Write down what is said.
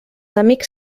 amics